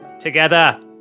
Together